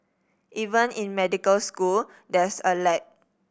even in medical school there's a lag